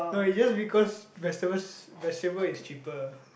no it's just because vegetables vegetable is cheaper